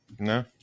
No